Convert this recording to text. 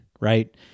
right